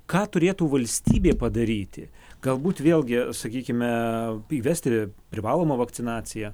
ką turėtų valstybė padaryti galbūt vėlgi sakykime įvesti privalomą vakcinaciją